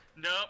Nope